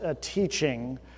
teaching